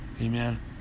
amen